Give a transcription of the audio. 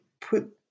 put